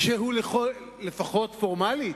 לפחות פורמלית